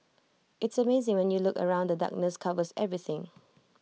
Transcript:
it's amazing when you look around and the darkness covers everything